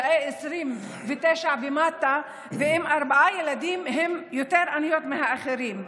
29 ועם ארבעה ילדים הן יותר עניות מהאחרים.